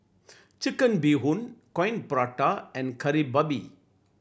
Chicken Bee Hoon Coin Prata and Kari Babi